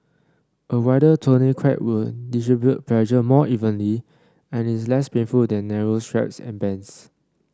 a wider tourniquet will distribute pressure more evenly and is less painful than narrow straps and bands